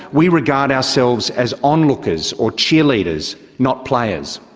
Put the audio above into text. we regard ourselves as onlookers or cheerleaders, not players.